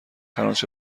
هرآنچه